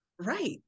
Right